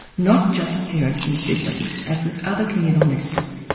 not just parents and siblings as with other communal nesters.